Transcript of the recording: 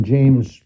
James